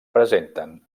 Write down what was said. presenten